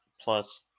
plus